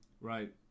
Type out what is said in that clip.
right